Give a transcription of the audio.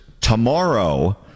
tomorrow